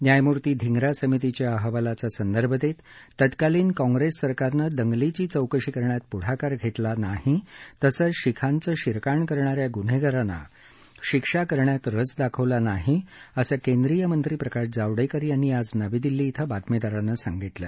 न्यायमूर्ती धिंग्रा समितीच्या अहवालाचा संदर्भ देत तत्कालीन काँग्रेस सरकारनं दंगलीची चौकशी करण्यात प्ढाकार घेतला नाही तसंच शीखांचं शिरकाण करणा या गुन्हेगारांना शिक्षा करण्यात रस दाखवला नाही असं केंद्रीय मंत्री प्रकाश जावडेकर यांनी आज नवी दिल्ली इथं बातमीदारांना सांगितलं